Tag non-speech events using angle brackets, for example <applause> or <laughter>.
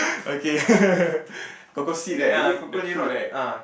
okay <laughs> cocoa seed right is it the fruit right